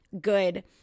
good